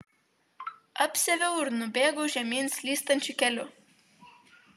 apsiaviau ir nubėgau žemyn slystančiu keliu